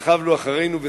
סחבת אחריך אפילו את אשתך?